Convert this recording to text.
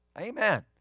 Amen